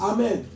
Amen